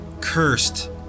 cursed